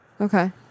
Okay